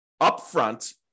upfront